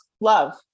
love